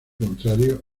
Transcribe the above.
contrario